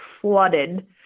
flooded